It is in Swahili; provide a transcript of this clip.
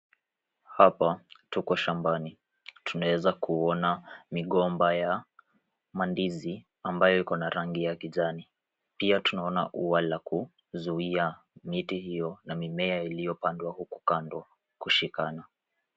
Hapa tuko shambani. Tunaeza kuona migomba ya mandizi ambayo iko na rangi ya kijani. Pia tunaona ua la kuzuia miti hio na mimea iliyo pandwa huku kando kushikana.